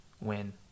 win